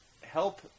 help